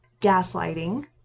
gaslighting